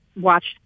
watched